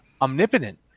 omnipotent